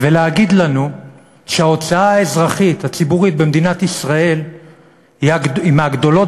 ולהגיד לנו שההוצאה האזרחית הציבורית במדינת ישראל היא מהגדולות